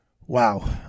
Wow